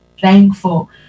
thankful